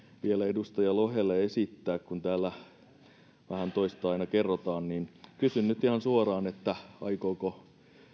vielä edustaja lohelle esittää kun täällä vähän toista aina kerrotaan niin kysyn nyt ihan suoraan aikooko